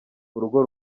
urugo